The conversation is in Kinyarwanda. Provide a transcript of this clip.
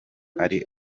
ari